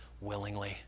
willingly